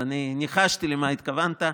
אז ניחשתי למה התכוונת.